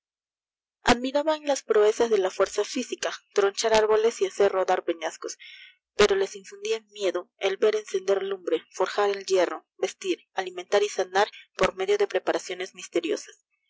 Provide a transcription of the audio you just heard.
admiraban las proezas de la fuerza fisica tronchar árboles y hacer rodar peñascos pero les infundia miedo el ver encender lumbre forja el hierro vestir alimllntar y snnar por medio de preparaciones misteriosas